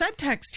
subtext